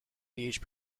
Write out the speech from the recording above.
beach